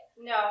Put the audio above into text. No